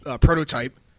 Prototype